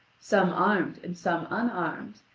some armed and some unarmed,